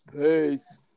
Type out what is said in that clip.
Peace